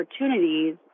opportunities